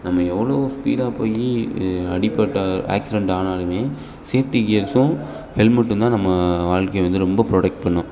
நம்ம எவ்வளோ ஸ்பீடாக போய் அடிபட்ட ஆக்சிடெண்ட் ஆனாலுமே சேஃப்டி கியர்ஸும் ஹெல்மெட்டும் தான் நம்ம வாழ்க்கை வந்து ரொம்ப ப்ரோடக்ட் பண்ணும்